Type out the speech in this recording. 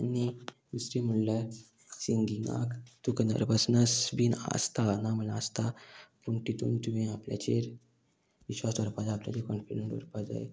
आनी दुसरी म्हणल्यार सिंगिंगाक तुका नर्वसनस बीन आसता ना म्हण आसता पूण तितून तुवें आपल्याचेर विश्वास दवरपा जाय आपल्याचेर कॉनफिडंट दवरपा जाय